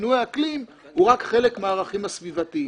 כששינוי האקלים הוא רק חלק מהערכים הסביבתיים.